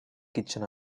kitchen